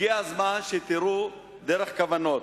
הגיע הזמן שתירו דרך כוונות.